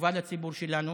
הטובה לציבור שלנו